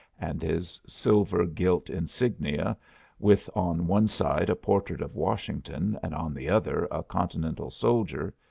and his silver gilt insignia with on one side a portrait of washington, and on the other a continental soldier,